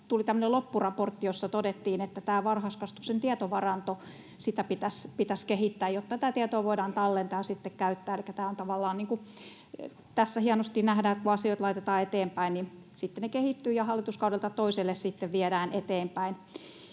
loppuraportti, jossa todettiin, että tätä varhaiskasvatuksen tietovarantoa pitäisi kehittää, jotta tätä tietoa voidaan tallentaa ja sitten käyttää. Elikkä tässä hienosti nähdään, että kun asioita laitetaan eteenpäin, niin sitten ne kehittyvät ja niitä hallituskaudelta toiselle sitten viedään eteenpäin,